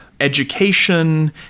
education